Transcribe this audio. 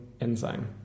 enzyme